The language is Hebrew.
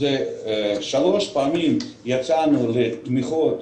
יצאנו לתמיכות